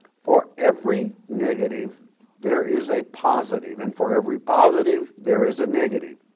for every negative there is a positive, and for every positive there is a negative.